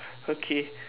okay